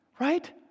Right